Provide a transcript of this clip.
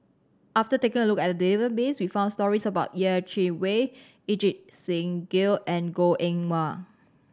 after taking a look at the database we found stories about Yeh Chi Wei Ajit Singh Gill and Goh Eng Wah